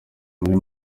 muri